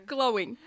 Glowing